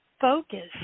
focus